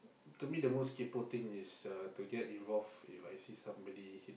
to me the most kaypo thing is uh to get involved If I see somebody hit